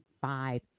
five